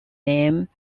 name